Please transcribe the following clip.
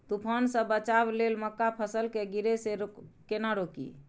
तुफान से बचाव लेल मक्का फसल के गिरे से केना रोकी?